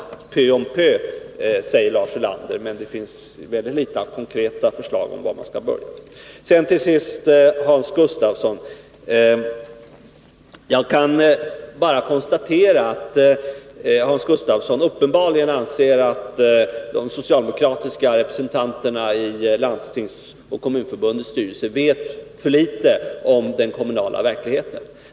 Pö om pö, säger Lars Ulander, men det finns väldigt litet av konkreta förslag om var man skall börja. Till sist kan jag bara konstatera att Hans Gustafsson uppenbarligen anser att de socialdemokratiska representanterna i Landstingsförbundets och Kommunförbundets styrelser vet för litet om den kommunala verkligheten.